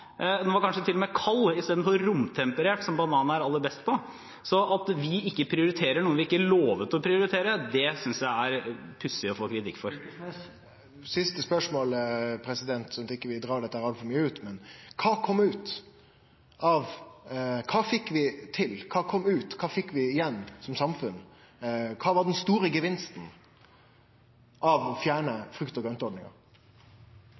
Den var kanskje til og med kald i stedet for romtemperert, som er slik den skal være når den er aller best. Så at vi ikke prioriterer noe som vi ikke lovet å prioritere, synes jeg det er pussig å få kritikk for. Siste spørsmål, slik at vi ikkje drar dette altfor mykje ut i tid: Kva fekk vi til, kva fekk vi som samfunn igjen for det, og kva var den store gevinsten av